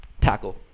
tackle